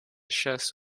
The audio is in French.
chasse